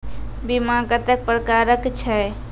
बीमा कत्तेक प्रकारक छै?